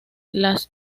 las